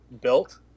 built